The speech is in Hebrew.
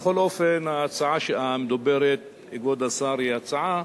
בכל אופן, ההצעה המדוברת, כבוד השר, היא הצעה